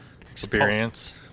Experience